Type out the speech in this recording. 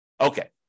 Okay